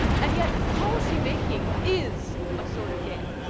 and yet, policy making is a sort of game.